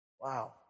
Wow